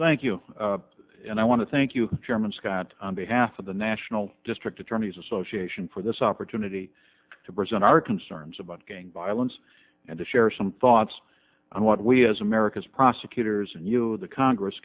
thank you and i want to thank you chairman scott on behalf of the national district attorneys association for this opportunity to present our concerns about gang violence and to share some thoughts on what we as america's prosecutors and you the congress